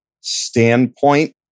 standpoint